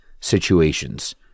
situations